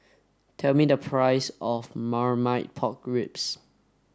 tell me the price of Marmite Pork Ribs